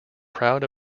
proud